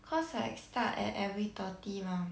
cause like start at every thirty mah